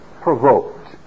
provoked